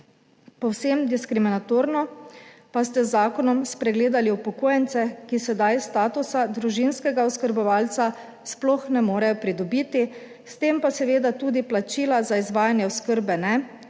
Povsem diskriminatorno pa ste z zakonom spregledali upokojence, ki sedaj statusa družinskega oskrbovalca sploh ne morejo pridobiti, s tem pa seveda tudi plačila za izvajanje oskrbe ne,